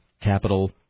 capital